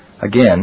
Again